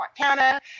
Montana